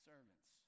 servants